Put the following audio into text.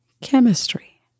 chemistry